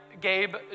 Gabe